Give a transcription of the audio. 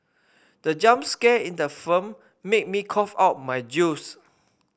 the jump scare in the film made me cough out my juice